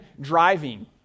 driving